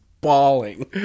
Bawling